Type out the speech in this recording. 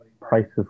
prices